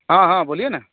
हाँ हाँ बोलिए ना